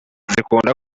zikunda